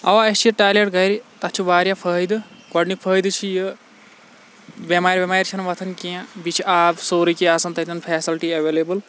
آ اَسہِ چھِ ٹالیٹ گَرِ تَتھ چھِ واریاہ فٲیدٕ گۄڈنِکۍ فٲیدٕ چھِ یہِ بیٚمارِ وٮ۪مارِ چھَنہٕ وۄتھان کینٛہہ بیٚیہِ چھِ آب سورُے کینٛہہ آسَن تَتٮ۪ن فیسَلٹی اٮ۪ویلیبٕل